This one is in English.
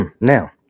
Now